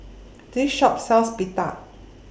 This Shop sells Pita